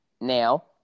Now